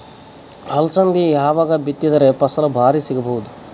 ಅಲಸಂದಿ ಯಾವಾಗ ಬಿತ್ತಿದರ ಫಸಲ ಭಾರಿ ಸಿಗಭೂದು?